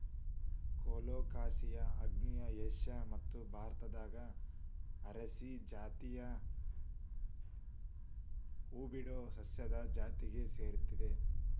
colocasia ಆಗ್ನೇಯ Asia ಮತ್ತು ಭಾರತದಾಗ ಅರೇಸಿ ಜಾತಿಯ ಹೂಬಿಡೊ ಸಸ್ಯದ ಜಾತಿಗೆ ಸೇರೇತಿ